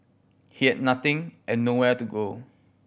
he had nothing and nowhere to go